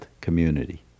community